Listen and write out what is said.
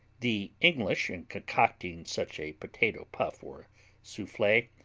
the english, in concocting such a potato puff or souffle,